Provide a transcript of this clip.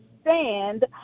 stand